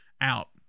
out